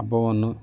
ಹಬ್ಬವನ್ನು